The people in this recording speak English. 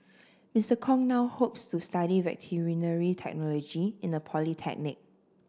Mister Kong now hopes to study veterinary technology in a polytechnic